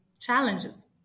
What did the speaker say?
challenges